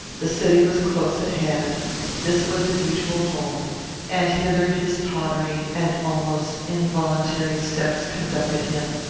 the city was close at hand this was his usual home and hither his tottering and almost involuntary steps conducted him.